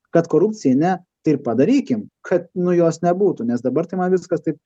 kad korupcijai ne tai ir padarykim kad nu jos nebūtų nes dabar tai man viskas taip